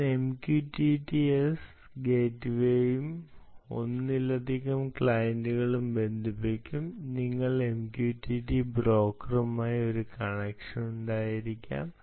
ഞാൻ MQTT S ഗേറ്റ്വേയും ഒന്നിലധികം ക്ലയന്റുകളും ബന്ധിപ്പിക്കും നിങ്ങൾക്ക് MQTT ബ്രോക്കറുമായി ഒരു കണക്ഷൻ ഉണ്ടായിരിക്കാം